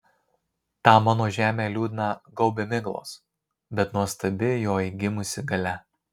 tą mano žemę liūdną gaubia miglos bet nuostabi joj gimusi galia